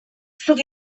zuk